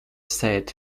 said